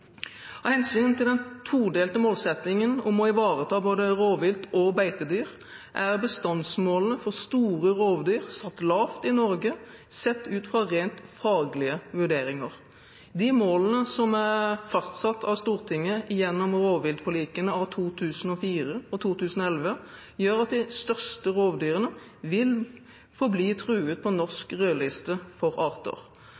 Av hensyn til den todelte målsettingen om å ivareta både rovvilt og beitedyr er bestandsmålene for store rovdyr satt lavt i Norge, sett ut fra rent faglige vurderinger. De målene som er fastsatt av Stortinget gjennom rovviltforlikene av 2004 og 2011, gjør at de største rovdyrene vil forbli truet på norsk rødliste for arter.